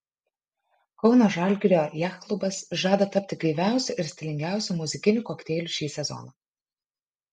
kauno žalgirio jachtklubas žada tapti gaiviausiu ir stilingiausiu muzikiniu kokteiliu šį sezoną